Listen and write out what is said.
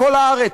בכל הארץ,